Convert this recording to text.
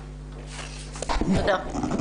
תודה.